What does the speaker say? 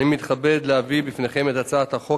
אני מתכבד להביא בפניכם את הצעת חוק